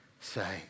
say